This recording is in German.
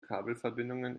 kabelverbindungen